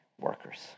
workers